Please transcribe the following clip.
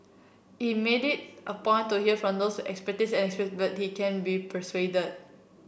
he made it a point to hear from those with expertise and but he can be persuaded